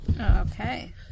okay